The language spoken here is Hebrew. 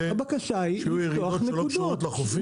שיהיו ירידות שלא קשורות לחופים?